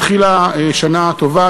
התחילה שנה טובה.